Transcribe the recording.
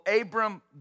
Abram